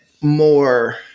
more